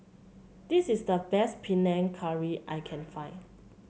this is the best Panang Curry I can find